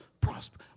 prosper